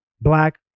black